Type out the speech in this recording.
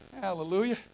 hallelujah